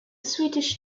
swedish